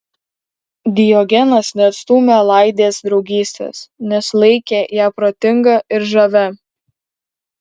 diogenas neatstūmė laidės draugystės nes laikė ją protinga ir žavia